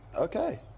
Okay